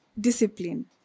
discipline